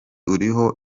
uriho